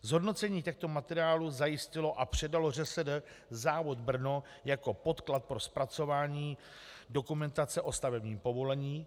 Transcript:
Zhodnocení těchto materiálů zajistilo a předalo ŘSD, závod Brno, jako podklad pro zpracování dokumentace o stavebním povolení.